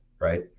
Right